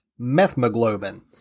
methemoglobin